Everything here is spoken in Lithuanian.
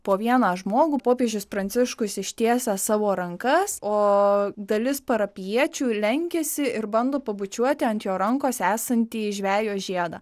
po vieną žmogų popiežius pranciškus ištiesia savo rankas o dalis parapijiečių lenkiasi ir bando pabučiuoti ant jo rankos esantieji žvejo žiedą